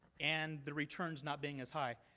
and the return not being as high.